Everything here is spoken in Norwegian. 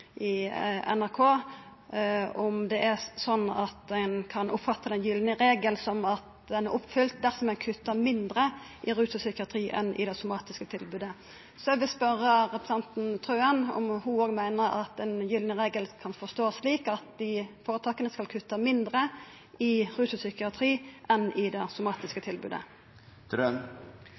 kan oppfatta den gylne regel som oppfylt dersom ein kuttar mindre i rus og psykiatri enn i det somatiske tilbodet. Eg vil spørja representanten Wilhelmsen Trøen om ho òg meiner at den gylne regel er å forstå slik at føretaka skal kutta mindre innan rus- og psykiatriområdet enn i det somatiske tilbodet.